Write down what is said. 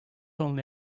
only